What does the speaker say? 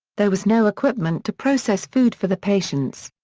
there was no equipment to process food for the patients.